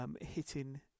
hitting